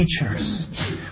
teachers